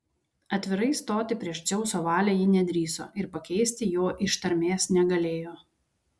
atvirai stoti prieš dzeuso valią ji nedrįso ir pakeisti jo ištarmės negalėjo